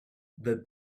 the